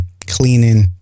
Cleaning